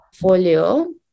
portfolio